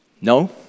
No